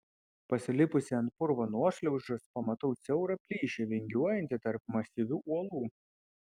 pasilipusi ant purvo nuošliaužos pamatau siaurą plyšį vingiuojantį tarp masyvių uolų